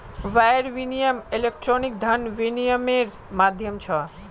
wire विनियम electronic धन विनियम्मेर माध्यम छ